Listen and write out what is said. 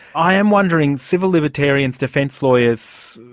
i am wondering, civil libertarians, defence lawyers,